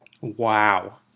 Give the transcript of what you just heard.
Wow